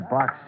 Box